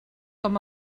com